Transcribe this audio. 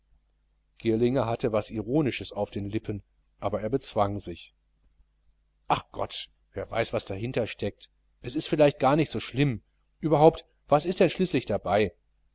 girlinger hatte was ironisches auf den lippen aber er bezwang sich ach gott wer weiß was dahinter steckt es ist vielleicht gar nicht so schlimm überhaupt was ist denn schließlich dabei